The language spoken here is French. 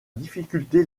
difficulté